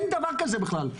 אין דבר כזה בכלל.